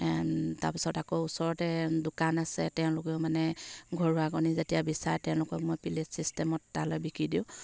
তাৰপিছত আকৌ ওচৰতে দোকান আছে তেওঁলোকেও মানে ঘৰুৱা কণী যেতিয়া বিচাৰে তেওঁলোকক মই পিলেট চিষ্টেমত তালৈ বিকি দিওঁ